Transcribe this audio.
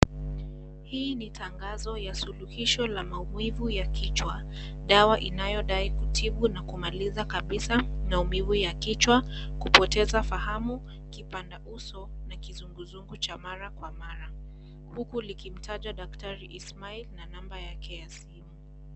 Hii ni tangazo ya suluhisho la maumivu ya kichwa, dawa inayodai kutibu na kumaliza kabisa maumivu ya kichwa, kupoteza fahamu, kipanda uso na kizunguzungu cha mara kwa mara huku likimtaja daktari Ismail na namba yake ya simu.